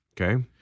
Okay